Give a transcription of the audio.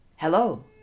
Hello